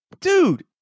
dude